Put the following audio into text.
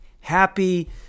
Happy